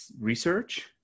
research